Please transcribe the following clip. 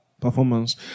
performance